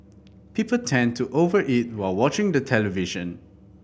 people tend to over eat while watching the television